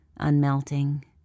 Unmelting